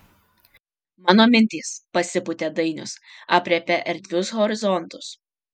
mano mintys pasipūtė dainius aprėpia erdvius horizontus